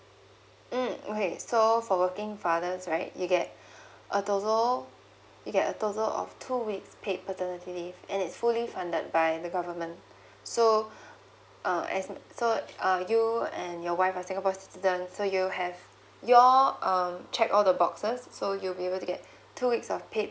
mm okay so for working father right you get a total you get a total of two weeks paid paternity leave and it's fully funded by the government so uh as in so uh you and your wife are singapore citizen so you have you all um check all the boxes so you'll be able to get two weeks of paid